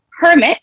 Hermit